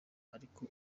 ariko